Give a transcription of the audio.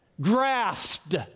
Grasped